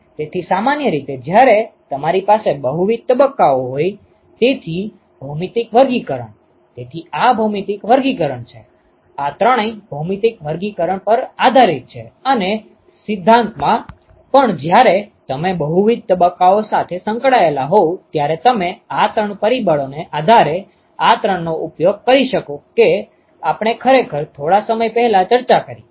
તેથી સામાન્ય રીતે જ્યારે તમારી પાસે બહુવિધ તબક્કાઓ હોય તેથી ભૌમિતિક વર્ગીકરણ તેથી આ ભૌમિતિક વર્ગીકરણ છે આ ત્રણેય ભૌમિતિક વર્ગીકરણ પર આધારિત છે અને સિદ્ધાંતમાં પણ જ્યારે તમે બહુવિધ તબક્કાઓ સાથે સંકળાયેલા હોવ ત્યારે તમે આ ત્રણ પરિબળોને આધારે આ ત્રણનો ઉપયોગ કરી શકશો કે આપણે ખરેખર થોડા સમય પહેલા ચર્ચા કરી